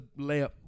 layup